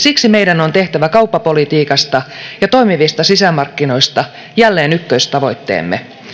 siksi meidän on tehtävä kauppapolitiikasta ja toimivista sisämarkkinoista jälleen ykköstavoitteemme